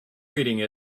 reading